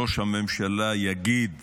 ראש הממשלה יגיד